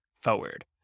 forward